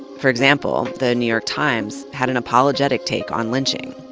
for example, the new york times had an apologetic take on lynching.